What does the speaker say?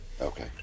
Okay